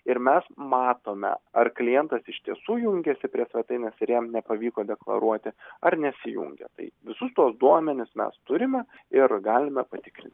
ir mes matome ar klientas iš tiesų jungėsi prie svetainės ir jam nepavyko deklaruoti ar nesijungė tai visus tuos duomenis mes turime ir galime patikrin